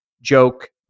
joke